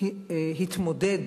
התמודד